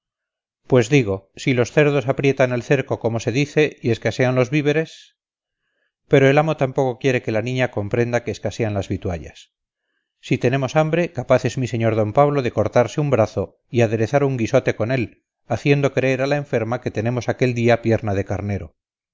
pues digo si los cerdos aprietan el cerco como se dice y escasean los víveres pero el amo tampoco quiere que la niña comprenda que escasean las vituallas si tenemos hambre capaz es mi señor d pablo de cortarse un brazo y aderezar un guisote con él haciendo creer a la enferma que tenemos aquel día pierna de carnero